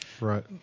Right